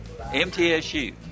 MTSU